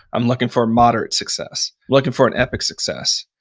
i'm looking for a moderate success. looking for an epic success.